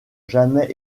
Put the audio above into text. jamais